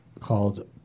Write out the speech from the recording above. called